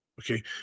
Okay